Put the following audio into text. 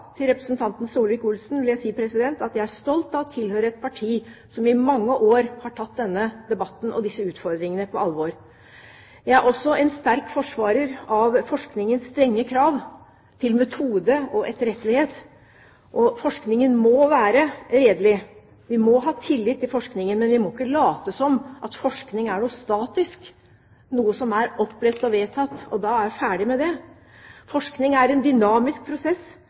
Til representanten Solvik-Olsen vil jeg si at jeg er stolt over å tilhøre et parti som i mange år har tatt denne debatten og disse utfordringene på alvor. Jeg er også en sterk forsvarer av forskningens strenge krav til metode og etterrettelighet. Forskningen må være redelig, og vi må ha tillit til forskningen. Men vi må ikke late som om forskning er noe statisk, noe som er opplest og vedtatt, og at vi da er ferdig med det. Forskning er en dynamisk prosess,